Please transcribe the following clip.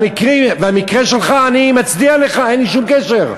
והמקרה שלך, אני מצדיע לך, אין שום קשר.